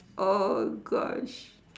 oh gosh